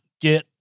get